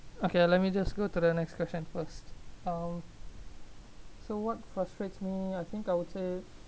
okay let me just go to the next question first um so what frustrates me I think I would say